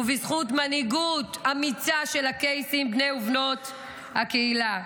ובזכות מנהיגות אמיצה של הקייסים בני ובנות הקהילה.